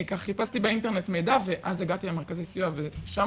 חיפשתי באינטרנט מידע ואז הגעתי למרכזי סיוע ושם